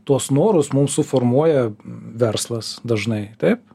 tuos norus mum suformuoja verslas dažnai taip